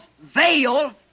veil